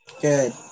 Good